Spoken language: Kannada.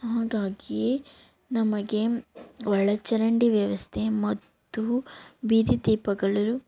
ಹಾಗಾಗಿ ನಮಗೆ ಒಳಚರಂಡಿ ವ್ಯವಸ್ಥೆ ಮತ್ತು ಬೀದಿ ದೀಪಗಳು